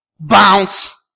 Bounce